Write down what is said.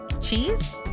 Cheese